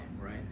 right